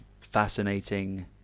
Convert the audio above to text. fascinating